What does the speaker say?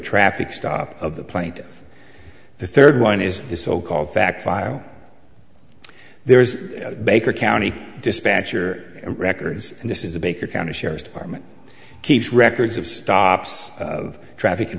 traffic stop of the plane to the third one is the so called fact file there is baker county dispatcher records and this is the baker county sheriff's department keeps records of stops of traffic